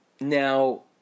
Now